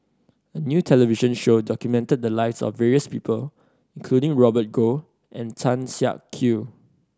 a new television show documented the lives of various people including Robert Goh and Tan Siak Kew